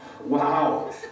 Wow